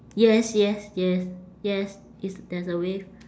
yes yes yes yes it's there's a wave